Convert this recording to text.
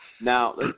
Now